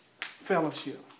fellowship